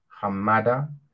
Hamada